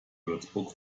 würzburg